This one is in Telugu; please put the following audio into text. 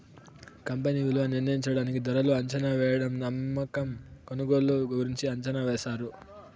కంపెనీ విలువ నిర్ణయించడానికి ధరలు అంచనావేయడం అమ్మకం కొనుగోలు గురించి అంచనా వేశారు